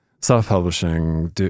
self-publishing